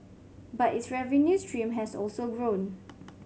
but its revenue stream has also grown